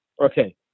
Okay